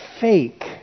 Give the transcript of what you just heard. fake